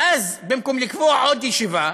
ואז במקום לקבוע עוד ישיבה,